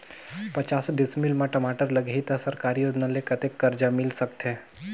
पचास डिसमिल मा टमाटर लगही त सरकारी योजना ले कतेक कर्जा मिल सकथे?